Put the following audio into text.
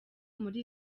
muri